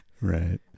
Right